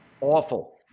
awful